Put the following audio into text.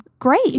great